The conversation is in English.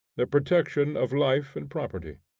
the protection of life and property.